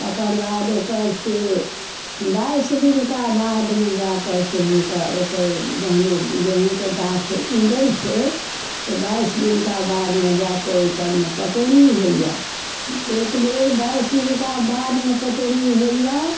तकर बाद ओकर से बाइस दिनका बादमे जाकऽ से हुनका ओकर जहन ओ गेहूँके गाछ उगै छै तऽ बाइस दिनका बादमे जाकऽ ओयपर मे पटौनी होइए एक बेर बाइस दिनका बादमे पटौनी होइए